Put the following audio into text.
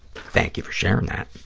thank you for sharing that.